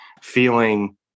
feeling